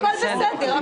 הכול בסדר.